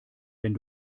wenn